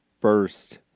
first